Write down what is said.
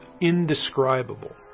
indescribable